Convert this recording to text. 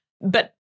but-